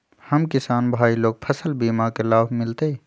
हम किसान भाई लोग फसल बीमा के लाभ मिलतई?